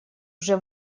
уже